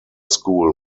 school